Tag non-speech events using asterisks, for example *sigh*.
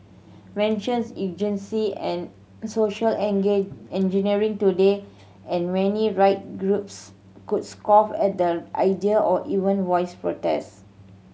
mentions eugenic and social *unintelligible* engineering today and many right groups could scoff at the idea or even voice protest